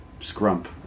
Scrump